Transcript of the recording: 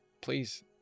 please